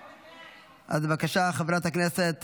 בבקשה, חברת הכנסת